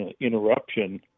interruption